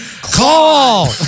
Call